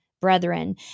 brethren